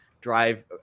drive